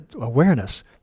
awareness